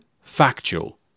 factual